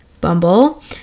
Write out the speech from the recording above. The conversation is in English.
Bumble